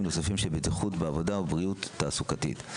נוספים של בטיחות בעבודה ובריאות תעסוקתית.